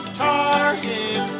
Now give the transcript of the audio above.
target